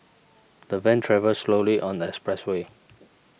the van travelled slowly on the expressway